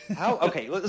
okay